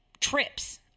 trips